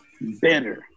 better